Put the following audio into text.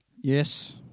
Yes